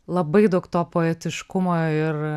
labai daug to poetiškumo ir